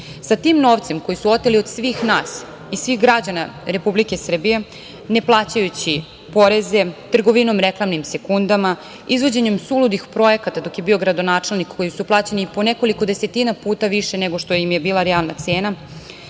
Sa tim novcem koji su oteli od svih nas i svih građana Republike Srbije ne plaćajući poreze, trgovinom reklamnih sekundama, izvođenjem suludih projekata dok je bio gradonačelnik kojim su plaćeni i po nekoliko desetina puta više, nego što im je bila realna cena,